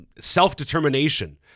self-determination